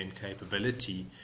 capability